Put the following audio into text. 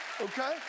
okay